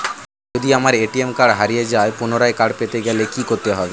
যদি আমার ATM card হারিয়ে যায় পুনরায় কার্ড পেতে গেলে কি করতে হবে?